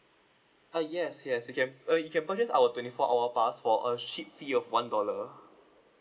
uh yes yes you can uh you can purchase our twenty four hour pass for a shit fee of one dollar